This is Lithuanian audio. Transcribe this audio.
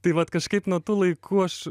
tai vat kažkaip nuo tų laikų aš